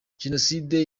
jenoside